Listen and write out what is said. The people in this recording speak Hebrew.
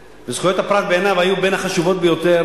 ובעיניו זכויות הפרט היו בין החשובות ביותר